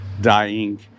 Dying